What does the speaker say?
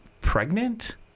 pregnant